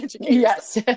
Yes